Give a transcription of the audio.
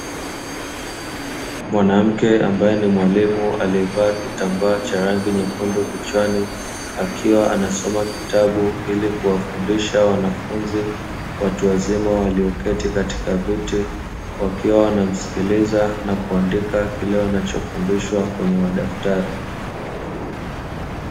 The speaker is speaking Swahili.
Mwanamke ambaye ni mwalimu aliyevaa kitambaa cha rangi nyekundu kichwani, akiwa anasoma kitabu ili kuwafundisha wanafunzi watu wazima waliyoketi katika viti wakiwa wanamsikiliza na kuandika kile wanachofundishwa kwenye madaftari